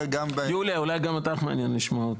יוליה אולי גם אותך מעניין לשמוע.